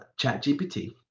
ChatGPT